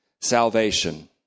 salvation